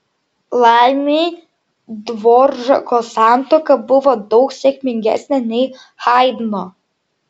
laimei dvoržako santuoka buvo daug sėkmingesnė nei haidno